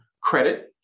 credit